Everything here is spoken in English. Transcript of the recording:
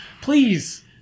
Please